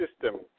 system